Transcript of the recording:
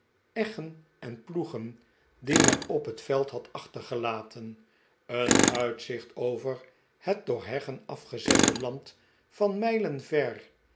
eggen en ploegen die men op het veld had achtergelaten een uitzieht over het door heggen afgezette land van mijlen ver